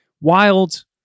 wild